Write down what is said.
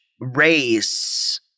race